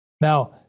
Now